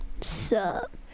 Sup